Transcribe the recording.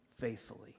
faithfully